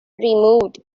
removed